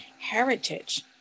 heritage